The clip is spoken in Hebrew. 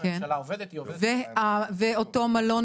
יש נוהל